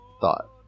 thought